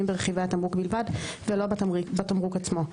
ברכיבי התמרוק בלבד ולא בתמרוק עצמו.